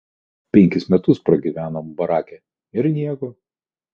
kokius penkis metus pragyvenom barake ir nieko